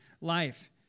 life